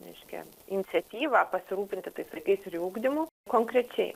reiškia iniciatyva pasirūpinti tais vaikais ir jų ugdymu konkrečiai